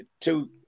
two